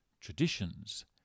traditions